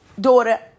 daughter